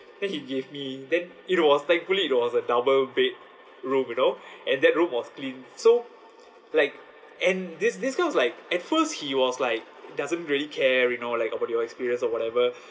then he gave me then it was thankfully it was a double bed room you know and that room was clean so like and this this guy was like at first he was like doesn't really care you know like about your experience or whatever